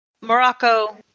Morocco